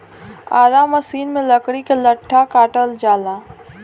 Ara machine में लकड़ी के लट्ठा काटल जाला